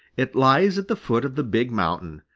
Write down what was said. it lies at the foot of the big mountain,